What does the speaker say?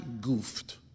goofed